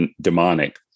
demonic